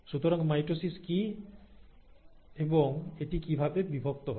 সুতরাং মাইটোসিস কি এবং এটি কিভাবে বিভক্ত হয়